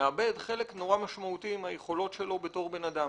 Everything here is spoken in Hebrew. מאבד חלק נורא משמעותי מהיכולות שלו בתור בן-אדם